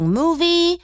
movie